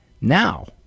Now